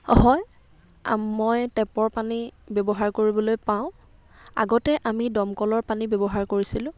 হয় মই টেপৰ পানী ব্যৱহাৰ কৰিবলৈ পাওঁ আগতে আমি দমকলৰ পানী ব্যৱহাৰ কৰিছিলোঁ